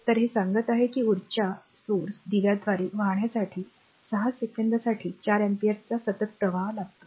तर हे सांगत आहे की उर्जा स्त्रोत दिव्याद्वारे वाहण्यासाठी 6 सेकंदासाठी 4 अँपिअरचा सतत प्रवाह करतो